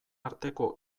arteko